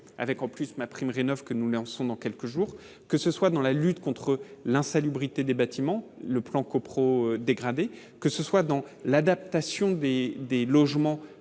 avec en plus, ma prime 9 que nous lançons dans quelques jours, que ce soit dans la lutte contre l'insalubrité des bâtiments, le plan co-prod dégradé, que ce soit dans l'adaptation des des logements,